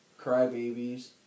crybabies